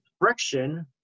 friction